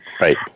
Right